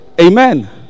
Amen